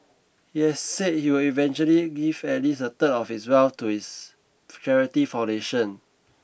he has said he will eventually give at least a third of his wealth to his charity foundation